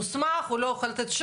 תחילה והוראות מעבר 97. (א) תחילתן של